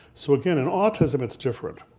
so again, in autism it's different,